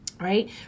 right